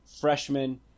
freshman